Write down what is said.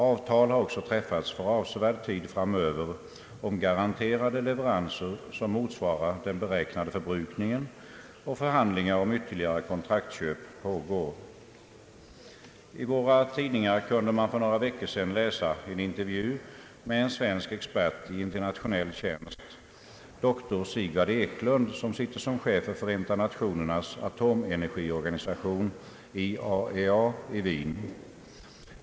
Avtal har också träffats för avsevärd tid framöver om garanterade leveranser, som motsvarar den beräknade förbrukningen, och förhandlingar om ytterligare kontraktsköp pågår. I våra tidningar kunde man för några veckor sedan läsa en intervju med en svensk expert i internationell tjänst, doktor Sigvard Eklund, som är chef för Förenta nationernas atomenergiorganisation IAEA i Wien.